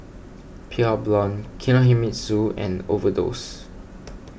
Pure Blonde Kinohimitsu and Overdose